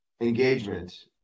engagement